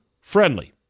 friendly